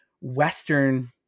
Western